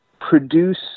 produce